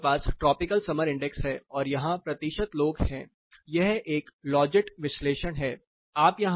यहां आपके पास ट्रॉपिकल समर इंडेक्स है और यहां प्रतिशत लोग हैं यह एक लॉजिट विश्लेषण है